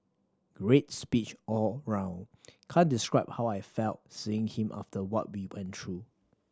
great speech all round can't describe how I felt seeing him after what we went through